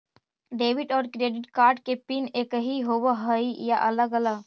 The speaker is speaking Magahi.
डेबिट और क्रेडिट कार्ड के पिन एकही होव हइ या अलग अलग?